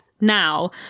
now